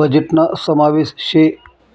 बजेटना समावेश शे